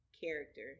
character